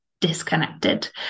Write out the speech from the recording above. disconnected